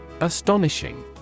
Astonishing